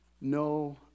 no